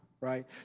right